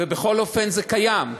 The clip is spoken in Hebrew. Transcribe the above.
ובכל אופן זה קיים.